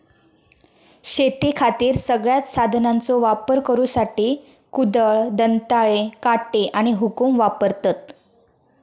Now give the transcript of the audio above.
शेतीखातीर सगळ्यांत साधनांचो वापर करुसाठी कुदळ, दंताळे, काटे आणि हुकुम वापरतत